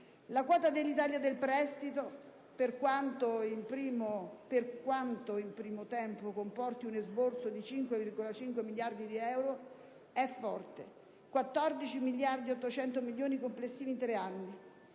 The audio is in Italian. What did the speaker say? La quota dell'Italia del prestito, per quanto in un primo tempo, comporti un esborso di 5,5 miliardi di euro, è forte: 14 miliardi e 800 milioni complessivi in tre anni.